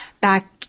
back